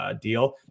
deal